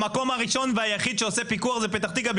המקום הראשון והיחיד שעושה פיקוח זה פתח תקווה.